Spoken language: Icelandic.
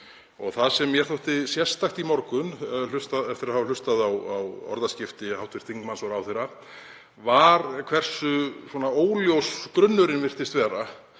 Það sem mér þótti sérstakt í morgun eftir að hafa hlustað á orðaskipti hv. þingmanns og ráðherra var hversu óljós grunnurinn virtist vera